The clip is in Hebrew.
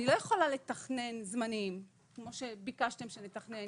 אני לא יכולה לתכנן זמנים, כמו שביקשתם שנתכנן.